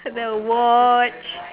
the watch